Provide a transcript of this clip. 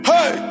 Hey